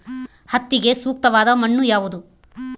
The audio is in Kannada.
ಹತ್ತಿಗೆ ಸೂಕ್ತವಾದ ಮಣ್ಣು ಯಾವುದು?